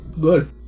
Good